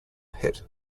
hit